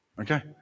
Okay